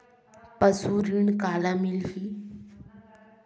पशु ऋण काला मिलही?